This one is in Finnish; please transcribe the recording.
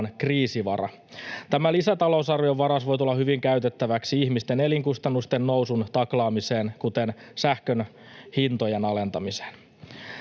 kriisivara. Tämä lisätalousarviovaraus voi tulla hyvin käytettäväksi ihmisten elinkustannusten nousun taklaamiseen, kuten sähkönhintojen alentamiseen.